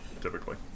typically